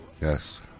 Yes